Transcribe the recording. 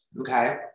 okay